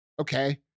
okay